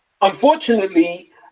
Unfortunately